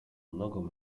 nogą